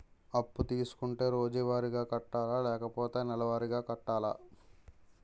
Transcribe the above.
అప్పు తీసుకుంటే రోజువారిగా కట్టాలా? లేకపోతే నెలవారీగా కట్టాలా?